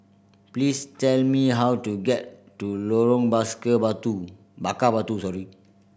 please tell me how to get to Lorong Batu Bakar Batu